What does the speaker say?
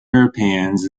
europeans